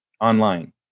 online